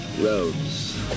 roads